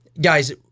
guys